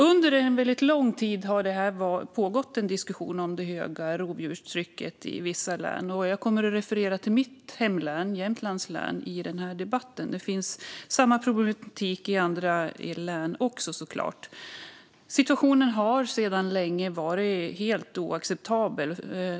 Under väldigt lång tid har det pågått en diskussion om det höga rovdjurstrycket i vissa län. Jag kommer att referera till mitt hemlän, Jämtlands län, i debatten, men det finns samma problematik i andra län också, såklart. Situationen är sedan länge helt oacceptabel.